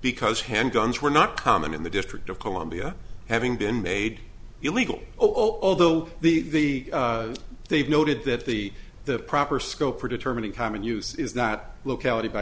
because handguns were not common in the district of columbia having been made illegal oh although the they've noted that the the proper scope for determining common use is not locality by